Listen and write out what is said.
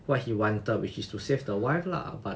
what he wanted which is to save the wife lah but